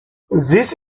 these